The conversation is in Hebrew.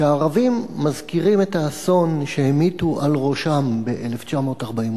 שהערבים מזכירים את האסון שהמיטו על ראשם ב-1948.